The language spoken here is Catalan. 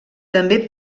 també